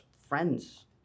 friends